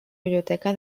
biblioteca